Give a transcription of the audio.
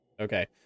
Okay